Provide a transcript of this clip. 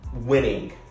winning